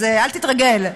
אז אל תתרגל.